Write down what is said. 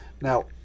Now